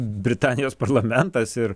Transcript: britanijos parlamentas ir